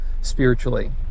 spiritually